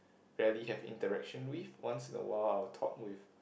rarely have interaction with once in a while I'll talk with